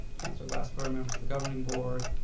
chancellor glasper, members of the governing board,